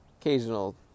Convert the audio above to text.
occasional